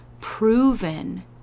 proven